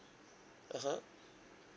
(uh huh)